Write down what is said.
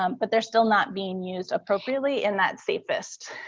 um but they're still not being used appropriately in that safest